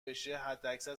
بشه، حداکثر